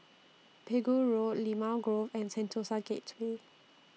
Pegu Road Limau Grove and Sentosa Gateway